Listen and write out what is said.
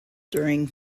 during